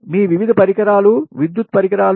మీ వివిధ పరికరాలు విద్యుత్ పరికరాలు